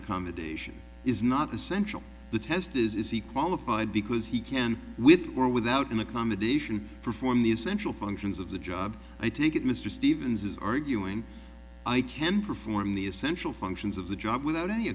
accommodation is not essential the test is is he qualified because he can with or without an accommodation perform the essential functions of the job i take it mr stevens is arguing i can perform the essential functions of the job without any